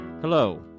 Hello